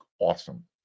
Awesome